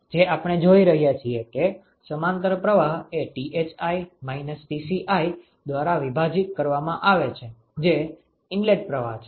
જે આપણે જોઈ રહ્યા છીએ કે સમાંતર પ્રવાહ એ Thi - Tci દ્વારા વિભાજિત કરવામાં આવે છે જે ઇનલેટ પ્રવાહ છે